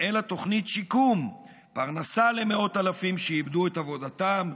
אלא תוכנית שיקום: פרנסה למאות אלפים שאיבדו את עבודתם,